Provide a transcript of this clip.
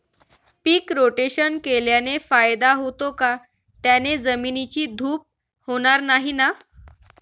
पीक rotation केल्याने फायदा होतो का? त्याने जमिनीची धूप होणार नाही ना?